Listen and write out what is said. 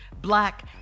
black